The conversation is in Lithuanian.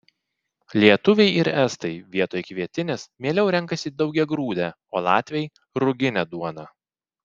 lietuviai ir estai vietoj kvietinės mieliau renkasi daugiagrūdę o latviai ruginę duoną